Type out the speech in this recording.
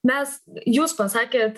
mes jūs pasakėt